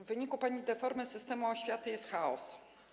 W wyniku pani deformy systemu oświaty powstał chaos.